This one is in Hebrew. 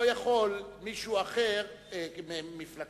לא יכול מישהו אחר ממפלגתה,